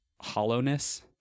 hollowness